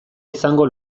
izango